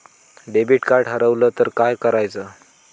Debit card हरवल तर काय करायच?